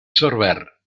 sorber